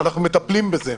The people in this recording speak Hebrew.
"אנחנו מטפלים בזה".